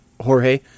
Jorge